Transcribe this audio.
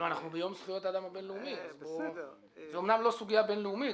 אנחנו ביום זכויות האדם הבין-לאומי זו אמנם לא סוגיה בין-לאומית,